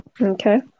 okay